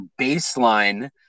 baseline